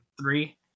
Three